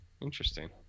Interesting